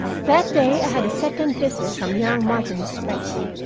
that day i had a second visit from young martin sprague.